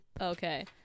Okay